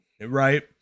right